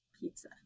Pizza